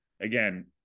again